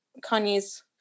Kanye's